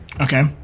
Okay